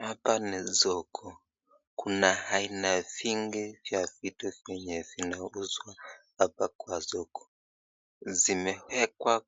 Hapa ni soko, kuna aina vingi vya vitu vyenye vinauzwa hapa kwa soko. Zimeekwa